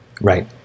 Right